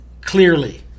clearly